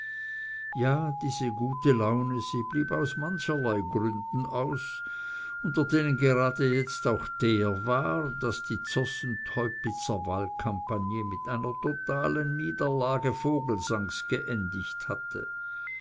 ja diese gute laune sie blieb aus mancherlei gründen aus unter denen gerade jetzt auch der war daß die zossen teupitzer wahlkampagne mit einer totalen niederlage vogelsangs geendigt hatte